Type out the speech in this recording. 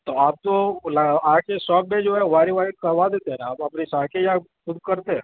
تو آپ تو آ کے شاپ پہ جو ہے وائرنگ وائرنگ کروا دیتے ہیں نا واپس آ کے یا خود کرتے ہیں